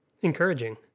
encouraging